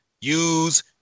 use